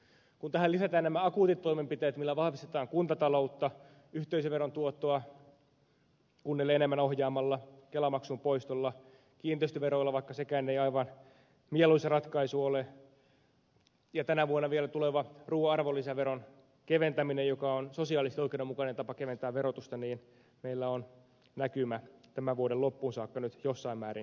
kun tähän lisätään nämä akuutit toimenpiteet millä vahvistetaan kuntataloutta yhteisöveron tuottoa kunnille enemmän ohjaamalla kelamaksun poistolla kiinteistöveroilla vaikka sekään ei aivan mieluisa ratkaisu ole ja kun tänä vuonna vielä tulee ruuan arvonlisäveron keventäminen joka on sosiaalisesti oikeudenmukainen tapa keventää verotusta niin meillä on näkymä tämän vuoden loppuun saakka nyt jossain määrin kasassa